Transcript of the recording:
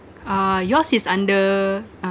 ah yours is under uh